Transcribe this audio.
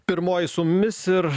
pirmoji su mumis ir